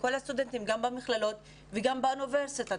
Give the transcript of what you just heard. גם במכללות וגם באוניברסיטאות.